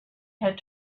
had